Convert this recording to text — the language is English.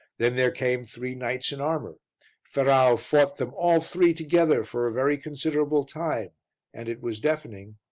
then there came three knights in armour ferrau fought them all three together for a very considerable time and it was deafening.